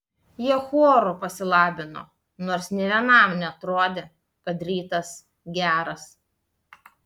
jie choru pasilabino nors nė vienam neatrodė kad rytas geras